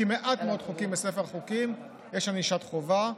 כי במעט מאוד חוקים בספר החוקים יש ענישת חובה,